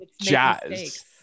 jazz